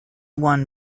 won